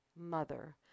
mother